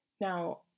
Now